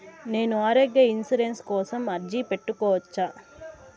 నేను ఆరోగ్య ఇన్సూరెన్సు కోసం అర్జీ పెట్టుకోవచ్చా?